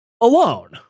alone